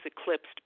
eclipsed